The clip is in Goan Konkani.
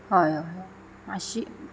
हय हय हय मातशी